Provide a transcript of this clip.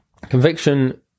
conviction